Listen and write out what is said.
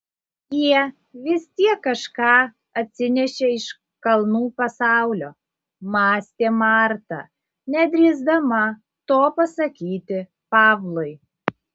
jie vis tiek kažką atsinešė iš kalnų pasaulio mąstė marta nedrįsdama to pasakyti pavlui